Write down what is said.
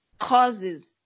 causes